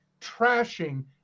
trashing